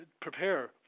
prepare